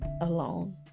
alone